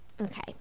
Okay